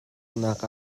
nak